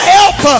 help